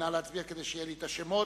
נא להצביע כדי שיהיו לי השמות.